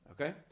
Okay